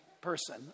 person